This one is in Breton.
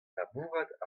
labourat